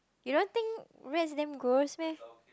you don't think rats damn gross meh